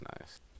nice